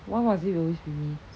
why must it always be me